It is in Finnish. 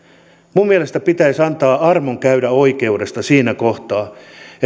minun mielestäni pitäisi antaa armon käydä oikeudesta siinä kohtaa että